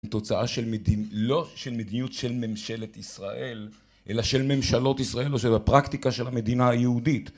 תוצאה של מדינ.. לא של מדיניות של ממשלת ישראל, אלא של ממשלות ישראל או של הפרקטיקה של המדינה היהודית